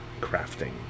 crafting